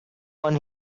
one